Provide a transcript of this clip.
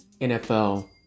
NFL